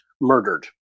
murdered